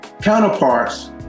counterparts